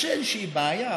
יש איזושהי בעיה.